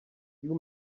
you